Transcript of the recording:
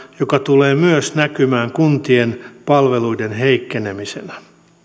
mikä tulee myös näkymään kuntien palveluiden heikkenemisenä